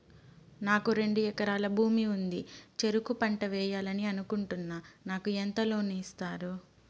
నాకు రెండు ఎకరాల భూమి ఉంది, చెరుకు పంట వేయాలని అనుకుంటున్నా, నాకు ఎంత లోను ఇస్తారు?